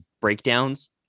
breakdowns